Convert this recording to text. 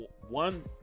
one